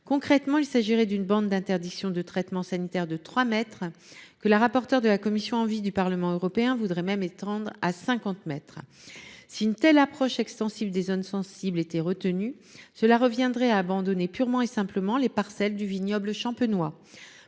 Concrètement, il s’agirait d’une bande d’interdiction de traitement sanitaire de 3 mètres, que la rapporteure de la commission de l’environnement du Parlement européen voudrait même étendre à 50 mètres ! Si une telle approche extensive des « zones sensibles » était retenue, cela reviendrait à abandonner purement et simplement les parcelles du vignoble champenois.